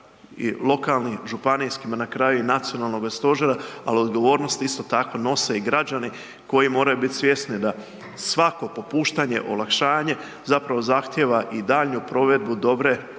i lokalnim županijskima na kraju i nacionalnoga stožera, al odgovornost isto tako nose i građani koji moraju bit svjesni da svako popuštanje, olakšanje, zapravo zahtijeva i daljnju provedbu dobre